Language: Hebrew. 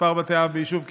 (מספר בתי אב ביישוב קהילתי),